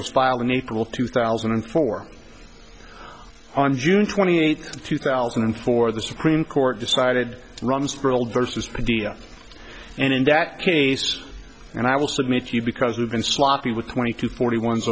was filed in april two thousand and four on june twenty eighth two thousand and four the supreme court decided rumsfeld there's this idea and in that case and i will submit to you because you've been sloppy with twenty to forty ones